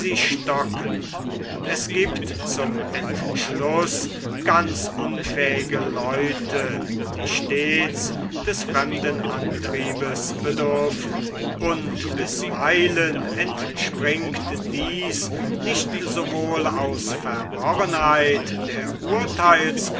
stocken es giebt zum entschluß ganz unfähige leute die stets des fremden antriebes bedürfen und bisweilen entspringt dies nicht sowohl aus verworrenheit der